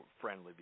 friendly